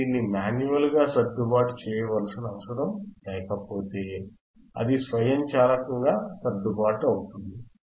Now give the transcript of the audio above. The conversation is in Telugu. మీరు దీన్ని మాన్యువల్గా సర్దుబాటు చేయనవసరం లేకపోతే అది స్వయంచాలకంగా సర్దుబాటు అవుతుంది